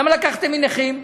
למה לקחתם מנכים?